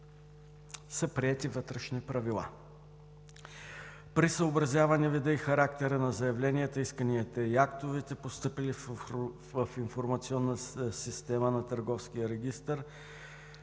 са приети вътрешни правила. При съобразяване вида и характера на заявленията, исканията и актовете, постъпили в информационната система на Търговския регистър,